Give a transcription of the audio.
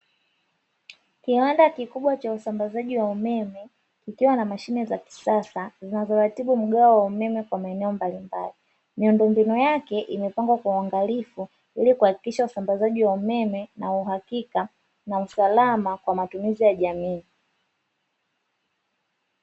Kiwanda kikubwa cha usambazaji wa umeme, kukiwa na mashine za kisasa zinazoratibu mgao wa umeme maeneo mbalimbali. Miundombinu yake imepangwa kwa uangalifu, ili kuhakikisha usambazaji wa umeme na uhakika, na usalama kwa matumizi ya jamii.